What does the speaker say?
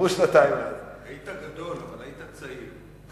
היית גדול, אבל היית צעיר.